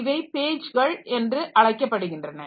இவை பேஜ்கள் என்றழைக்கப்படுகிறன